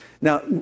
Now